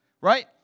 right